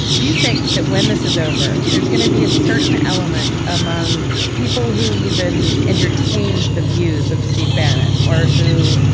do you think that when this is over, there's gonna be a certain element among people who even entertain the views of steve bannon or who,